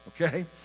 Okay